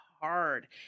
hard